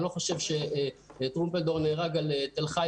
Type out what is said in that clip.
אני חושב שטרומפלדור שנהרג בהגנת תל חי